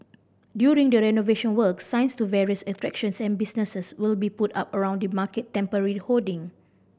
during the renovation works signs to various attractions and businesses will be put up around the market temporary hoarding